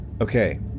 okay